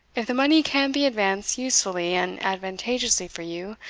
if the money can be advanced usefully and advantageously for you,